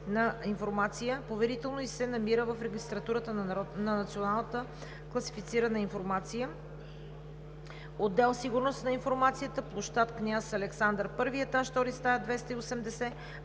„Поверително“ и се намира в Регистратурата на Националната класифицирана информация, отдел „Сигурност на информацията“, пл. „Княз Александър І“, етаж втори, стая 280.